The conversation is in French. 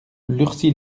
lurcy